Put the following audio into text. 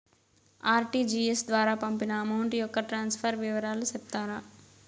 RTGS ద్వారా పంపిన amount యొక్క ట్రాన్స్ఫర్ వివరాలు సెప్తారా